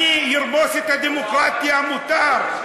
אני ארמוס את הדמוקרטיה, מותר,